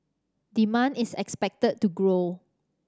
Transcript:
demand is expected to grow